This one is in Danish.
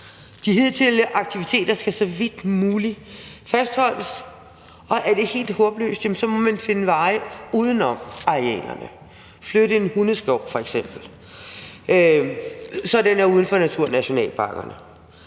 De hidtidige aktiviteter skal så vidt muligt fastholdes, og er det helt håbløst, må man finde veje uden om arealerne, f.eks. flytte en hundeskov, så den er uden for naturnationalparkerne.